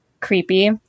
creepy